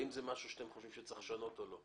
האם זה משהו שאתם חושבים שצריך לשנות או לא.